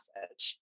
message